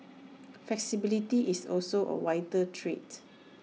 flexibility is also A vital trait